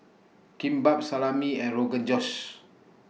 Kimbap Salami and Rogan Josh